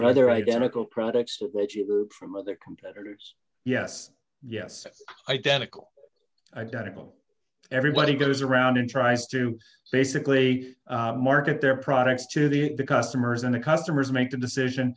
other identical products from other competitors yes yes identical identical everybody goes around and tries to basically market their products to the customers and the customers make the decision